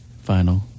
Final